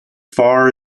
far